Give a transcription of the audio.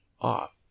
off